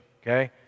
okay